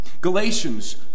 Galatians